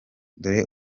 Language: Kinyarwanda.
dore